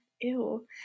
Ew